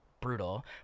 brutal